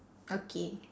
okay